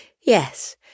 Yes